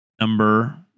number